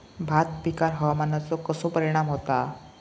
भात पिकांर हवामानाचो कसो परिणाम होता?